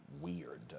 weird